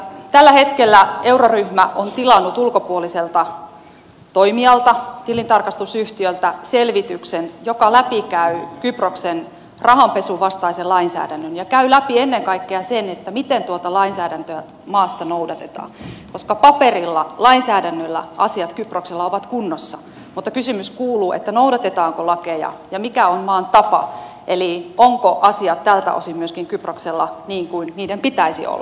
tällä hetkellä euroryhmä on tilannut ulkopuoliselta toimijalta tilintarkastusyhtiöltä selvityksen joka läpikäy kyproksen rahanpesun vastaisen lainsäädännön ja käy läpi ennen kaikkea sen miten tuota lainsäädäntöä maassa noudatetaan koska paperilla lainsäädännöllä asiat kyproksella ovat kunnossa mutta kysymys kuuluu noudatetaanko lakeja ja mikä on maan tapa eli ovatko asiat tältä osin myöskin kyproksella niin kuin niiden pitäisi olla